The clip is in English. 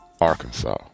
Arkansas